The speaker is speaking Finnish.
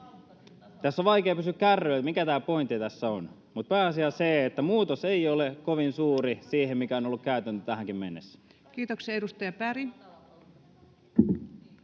On vaikea pysyä kärryillä, mikä tämä pointti tässä on. Pääasia on, että muutos ei ole kovin suuri siihen, mikä on ollut käytäntö tähänkin mennessä. [Speech 43] Speaker: